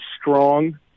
strong